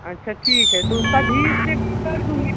अच्छा ठीक है तो उसका भी इस्टेप कर दूँगी